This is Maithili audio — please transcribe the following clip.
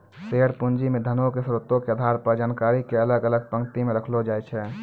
शेयर पूंजी मे धनो के स्रोतो के आधार पर जानकारी के अलग अलग पंक्ति मे रखलो जाय छै